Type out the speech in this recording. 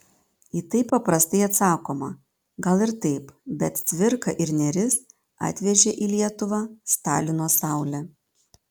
į tai paprastai atsakoma gal ir taip bet cvirka ir nėris atvežė į lietuvą stalino saulę